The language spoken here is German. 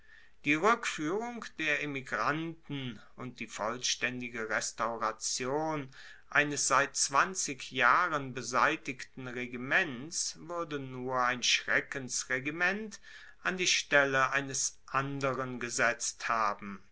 die rueckfuehrung der emigranten und die vollstaendige restauration eines seit zwanzig jahren beseitigten regiments wuerde nur ein schreckensregiment an die stelle eines anderen gesetzt haben